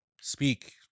speak